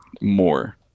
more